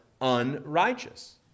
unrighteous